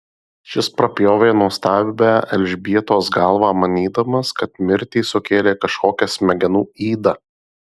šis prapjovė nuostabią elžbietos galvą manydamas kad mirtį sukėlė kažkokia smegenų yda